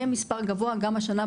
יהיה מספר גבוה גם השנה,